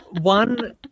one